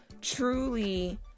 truly